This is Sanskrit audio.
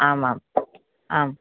आमाम् आम्